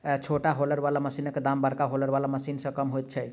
छोट हौलर बला मशीनक दाम बड़का हौलर बला मशीन सॅ कम होइत छै